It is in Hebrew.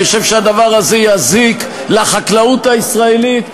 אני חושב שהדבר הזה יזיק לחקלאות הישראלית,